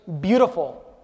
beautiful